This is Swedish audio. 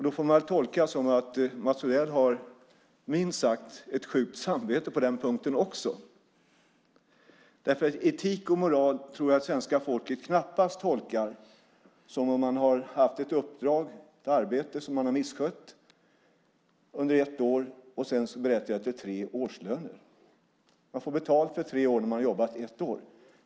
Det får man väl tolka så att Mats Odell har ett minst sagt sjukt samvete på den punkten också. Jag tror att svenska folket knappast tolkar begreppet etik och moral så att det faktum att man har haft ett uppdrag, ett arbete, som man har misskött under ett år berättigar till tre årslöner. Man får betalt för tre år när man har jobbat ett år.